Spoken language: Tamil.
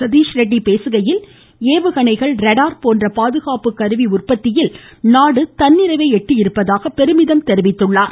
சதீஷ்ரெட்டி பேசுகையில் ஏவுகணைகள் ரேடார் போன்ற பாதுகாப்பு கருவி உற்பத்தியில் நாடு தன்னிறைவை எட்டியுள்ளதாக பெருமிதம் தெரிவித்தார்